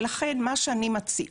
ולכן אני מציעה